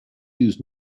use